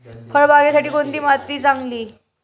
फळबागेसाठी कोणती माती चांगली?